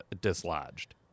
dislodged